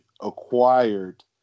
acquired